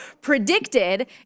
predicted